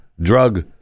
drug